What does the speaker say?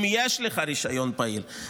אם יש לך רישיון פעיל.